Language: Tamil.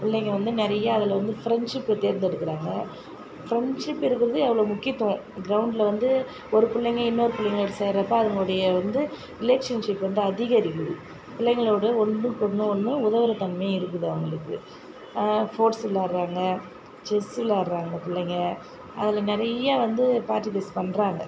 பிள்ளைங்கள் வந்து நிறையா அதில் வந்து ஃப்ரண்ட்ஷிப் தேர்ந்தெடுக்கிறாங்க ஃப்ரண்ட்ஷிப் இருக்கிறது அவ்வளோ முக்கியத்துவம் கிரவுண்டில் வந்து ஒரு பிள்ளைங்கள் இன்னொரு பிள்ளைங்களோடு சேர்றப்போ அதுங்களுடைய வந்து ரிலேஷன்ஷிப் வந்து அதிகரிக்குது பிள்ளைங்களோடு ஒன்னுக்கொன்று ஒன்று உதவுகிறத்தன்மை இருக்குது அவர்களுக்கு ஸ்போர்ட்ஸ் விளாடுறாங்க செஸ் விளாடுறாங்க பிள்ளைங்கள் அதில் நிறைய வந்து பார்ட்டிபேஸ் பண்ணுறாங்க